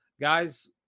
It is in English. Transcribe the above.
Guys